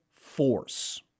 force